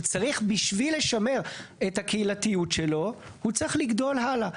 צריך בשביל למר את הקהילתיות שלו הוא צריך לגדול הלאה.